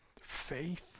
faith